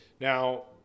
Now